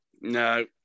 no